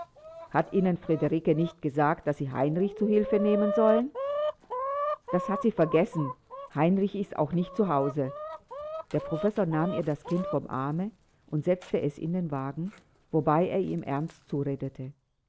hat ihnen friederike nicht gesagt daß sie heinrich zu hilfe nehmen sollen das hat sie vergessen heinrich ist auch nicht zu hause der professor nahm ihr das kind vom arme und setzte es in den wagen wobei er ihm ernst zuredete